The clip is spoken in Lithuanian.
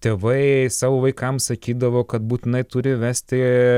tėvai savo vaikam sakydavo kad būtinai turi vesti